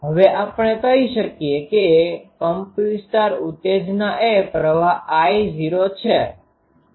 હવે આપણે કહી શકીએ કે કંપનવિસ્તાર ઉત્તેજના એ પ્રવાહ I૦ છે